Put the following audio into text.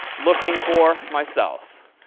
looking for myself.